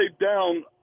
down